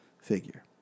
figure